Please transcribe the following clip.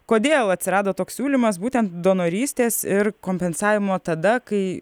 kodėl atsirado toks siūlymas būtent donorystės ir kompensavimo tada kai